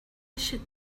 should